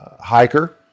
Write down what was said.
hiker